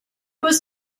was